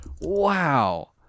wow